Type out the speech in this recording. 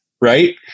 right